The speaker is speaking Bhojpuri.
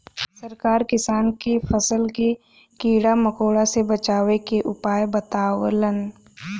सरकार किसान के फसल के कीड़ा मकोड़ा से बचावे के उपाय बतावलन